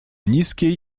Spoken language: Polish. niskiej